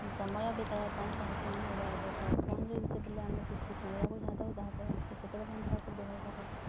ସମୟ ବିତାଇବା ପାଇଁ ତାହାକୁ ଆମେ ବ୍ୟବହାର କରିଥାଉ ଫୋନ୍ରେ ଯେତେବେଲେ ଆମେ କିଛି ଶୁଣିବାକୁ ଚାହିଁଥାଉ ତାହା ସେତବେଲେ ଆମେ ତାହାକୁ ବ୍ୟବହାର କରିଥାଉ